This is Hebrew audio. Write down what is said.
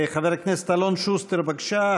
חבר הכנסת אלון שוסטר, בבקשה.